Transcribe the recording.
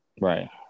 right